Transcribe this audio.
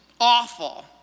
awful